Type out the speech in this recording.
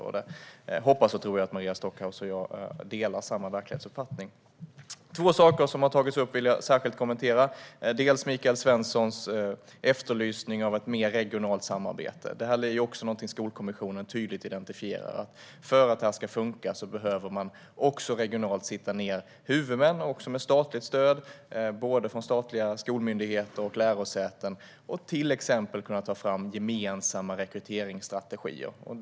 Där hoppas och tror jag att Maria Stockhaus och jag delar verklighetsuppfattning. Två saker som har tagits upp vill jag särskilt kommentera. Det ena är Michael Svenssons efterlysning av ett mer regionalt samarbete. Det är också någonting som Skolkommissionen tydligt identifierar. För att det här ska funka behöver man sitta ned regionalt med huvudmän och med statligt stöd från både skolmyndigheter och lärosäten och till exempel ta fram gemensamma rekryteringsstrategier.